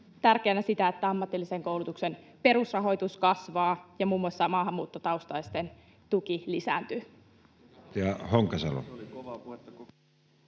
tärkeänä myös sitä, että ammatillisen koulutuksen perusrahoitus kasvaa ja muun muassa maahanmuuttotaustaisten tuki lisääntyy.